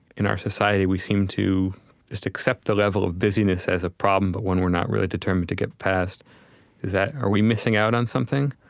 in our society we seem to just accept the level of busyness as a problem but we're not really determined to get past. is that, are we missing out on something?